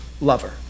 lover